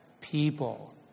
people